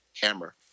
hammer